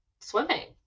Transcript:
swimming